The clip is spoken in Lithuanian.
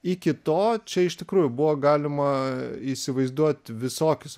iki to čia iš tikrųjų buvo galima įsivaizduot visokius